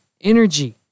energy